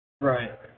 Right